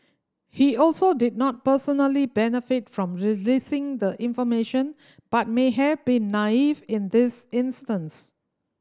he also did not personally benefit from releasing the information but may have been naive in this instance